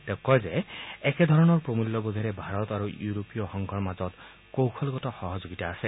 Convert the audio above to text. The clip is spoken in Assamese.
তেওঁ কয় যে একেধৰণৰ প্ৰমূল্যবোধেৰে ভাৰত আৰু ইউৰোপীয়ান সংঘৰ মাজত কৌশলগত সহযোগিতা আছে